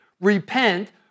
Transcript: repent